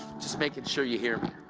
just making sure you hear me.